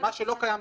מה שלא קיים,